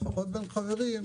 לפחות בין חברים,